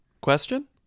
Question